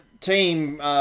Team